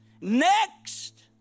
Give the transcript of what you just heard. Next